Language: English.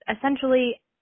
essentially